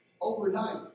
overnight